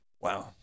Wow